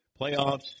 playoffs